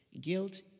guilt